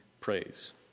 praise